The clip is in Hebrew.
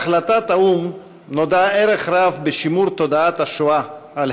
להחלטת האו"ם נודע ערך רב בשימור תודעת השואה על